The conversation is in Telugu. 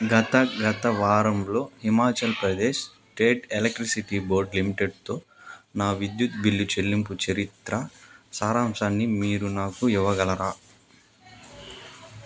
గత గత వారంలో Himachal Pradesh state electricity board లిమిటెడ్తో నా విద్యుత్ బిల్లు చెల్లింపు చరిత్ర సారాంశాన్ని మీరు నాకు ఇవ్వగలరా